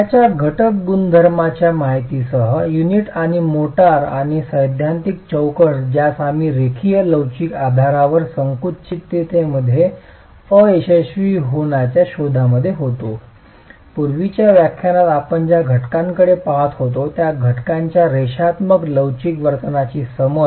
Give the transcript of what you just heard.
त्याच्या घटक गुणधर्मांच्या माहितीसह - युनिट आणि मोर्टार आणि सैद्धांतिक चौकट ज्यास आम्ही रेखीय लवचिक आधारावर संकुचिततेमध्ये अयशस्वी होण्याच्या शोधात होतो पूर्वीच्या व्याख्यानात आपण ज्या घटकांकडे पहात होतो त्या घटकांच्या रेषात्मक लवचिक वर्तनाची समज